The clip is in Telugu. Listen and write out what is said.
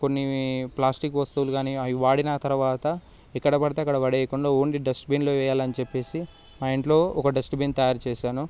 కొన్ని ప్లాస్టిక్ వస్తువులు కాని అవి వాడిన తర్వాత ఎక్కడపడితే అక్కడ పడేయకుండా ఓన్లీ డస్ట్బిన్లో వేయాలి అని చెప్పేసి మా ఇంట్లో ఒక డస్ట్బిన్ తయారు చేశాను